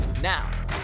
Now